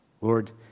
Lord